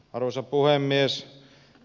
arvoisa puhemies